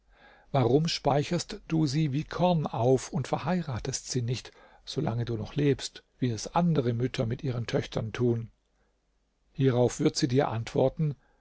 warum speicherst du sie wie korn auf und verheiratest sie nicht solange du noch lebst wie es andere mütter mit ihren töchtern tun hierauf wird sie dir antworten